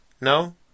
No